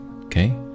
okay